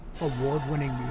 award-winning